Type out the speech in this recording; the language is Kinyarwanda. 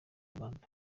rwanda